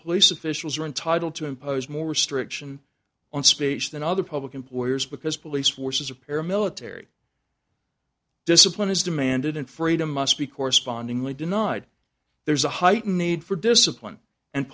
police officials are entitled to impose more restriction on speech than other public employers because police forces a paramilitary discipline is demanded and freedom must be correspondingly denied there's a heightened need for discipline and